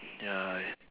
ya